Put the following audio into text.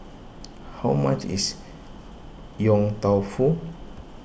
how much is Yong Tau Foo